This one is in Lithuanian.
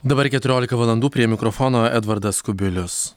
dabar keturiolika valandų prie mikrofono edvardas kubilius